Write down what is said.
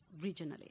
regionally